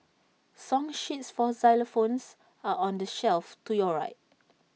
song sheets for xylophones are on the shelf to your right